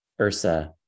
Ursa